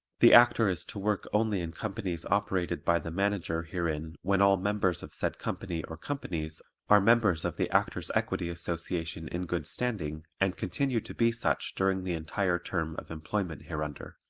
the actor is to work only in companies operated by the manager herein when all members of said company or companies are members of the actors' equity association in good standing and continue to be such during the entire term of employment hereunder.